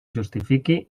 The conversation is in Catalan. justifiqui